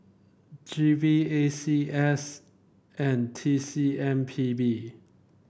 G V A C S and T C M P B